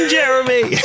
Jeremy